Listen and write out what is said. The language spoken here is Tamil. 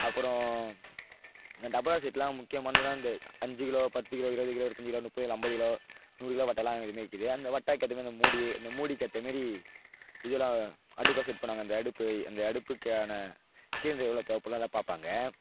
அப்புறம் அந்த டபரா செட்லாம் முக்கியமானதுலாம் அந்த அஞ்சு கிலோ பத்து கிலோ இருபது கிலோ இருபத்தஞ்சி கிலோ முப்பது கிலோ ஐம்பது கிலோ நூறு கிலோ வட்டாலாம் இது மாரி இருக்குது அந்த வட்டாவுக்கேற்ற மாரி அந்த மூடி அந்த மூடிக்கேற்ற மாரி இதெல்லாம் அடுப்பெலாம் செட் பண்ணுவாங்க அந்த அடுப்பு அந்த அடுப்புக்கான சிலிண்ட்ரு எவ்வளோ தேவைப்படும் அதெல்லாம் பார்ப்பாங்க